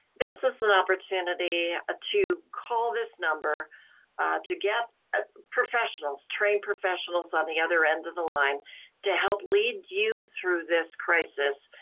this is an opportunity to call this number to get ah trained professionals on the other end of the line to help lead you through this crisis,